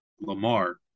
Lamar